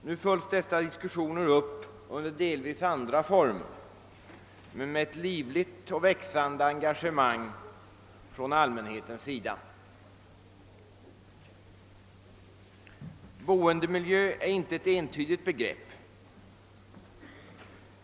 Nu följs dessa diskussioner upp under delvis andra former men med livligt och växande engagemang från allmänheten. Boendemiljö är inte ett entydigt begrepp.